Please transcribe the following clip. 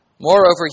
Moreover